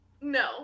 No